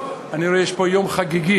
אני רואה שיש פה יום חגיגי.